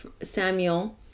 Samuel